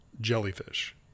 jellyfish